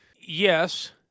Yes